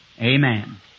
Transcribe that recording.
amen